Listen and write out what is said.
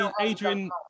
Adrian